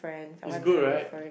it's good right